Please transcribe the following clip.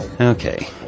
Okay